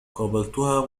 قابلتها